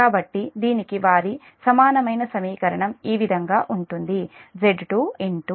కాబట్టి దీనికి వారి సమానమైన సమీకరణం ఈ విధంగా ఉంటుంది